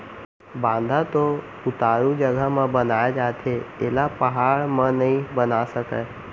बांधा तो उतारू जघा म बनाए जाथे एला पहाड़ म नइ बना सकय